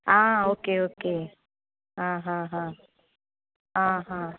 आं okay okay आं हां हां आं हां